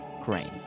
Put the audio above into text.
Crane